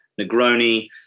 Negroni